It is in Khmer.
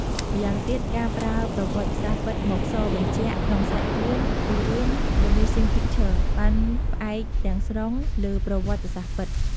ម្យ៉ាងទៀតការប្រើប្រវត្តិសាស្រ្តពិតមកសរបញ្ជាក់ក្នុងសាច់រឿងគឺរឿង "The Missing Picture" បានផ្អែកទាំងស្រុងលើប្រវត្តិសាស្ត្រពិត។